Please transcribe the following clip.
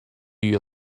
you